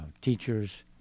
teachers